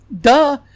duh